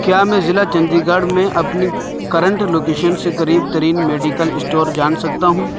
کیا میں ضلع چندی گڑھ میں اپنی کرنٹ لوکیشن سے قریب ترین میڈیکل اسٹور جان سکتا ہوں